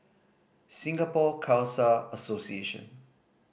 Singapore Khalsa Association